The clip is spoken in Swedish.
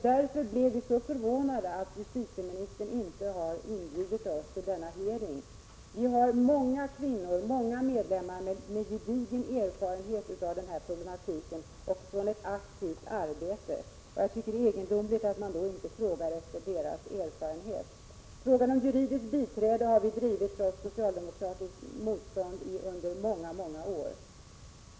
Därför blev vi förvånade över att justitieministern inte har inbjudit oss till den hearing som skall hållas. Vi har många medlemmar med gedigen erfarenhet av den här problematiken, efter ett aktivt arbete, och jag tycker det är egendomligt att man då inte är intresserad av dessa erfarenheter. Frågan om juridiskt biträde har vi trots socialdemokratiskt motstånd drivit under många, många år.